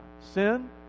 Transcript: Sin